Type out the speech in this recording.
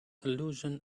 allusion